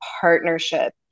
partnership